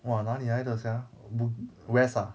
!wah! 哪里来的 sia bu~ west ah